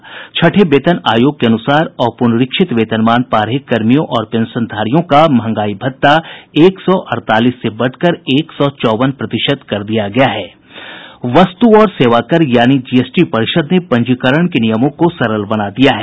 साथ ही छठे वेतन आयोग के अनुसार अपुनरीक्षित वेतनमान पा रहे कर्मियों और पेंशनधारियों का मंहगाई भत्ता एक सौ अड़तालीस से बढ़ाकर एक सौ चौवन प्रतिशत कर दिया गया है वस्तु और सेवाकर यानी जीएसटी परिषद ने पंजीकरण के नियमों को सरल बना दिया है